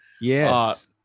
Yes